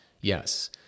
Yes